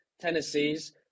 Tennessee's